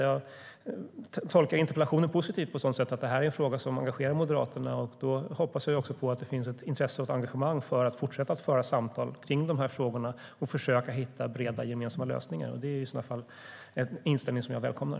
Jag tolkar interpellationen positivt på så sätt att detta är en fråga som engagerar Moderaterna. Då hoppas jag också att det finns ett intresse och ett engagemang för att fortsätta att föra samtal och försöka att hitta breda gemensamma lösningar. Det är i så fall en inställning som jag välkomnar.